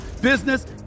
business